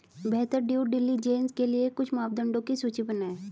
बेहतर due diligence के लिए कुछ मापदंडों की सूची बनाएं?